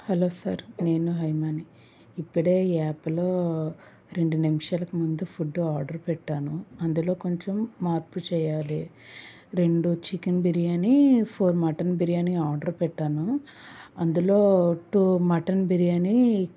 hello sir నేను హైమాని ఇప్పుడే యాప్లో రెండు నిమిషాలకు ముందు ఫుడ్ ఆర్డర్ పెట్టాను అందులో కొంచెం మార్పు చెయ్యాలి రెండు chicken biryani four mutton biryani order పెట్టాను అందులో టూ మటన్ బిర్యానీ